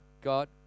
God